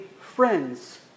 friends